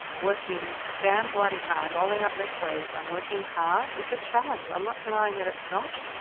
working damn bloody hard, rolling up their sleeves and working hard. it's a challenge, i'm not denying that it's not.